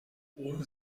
ohne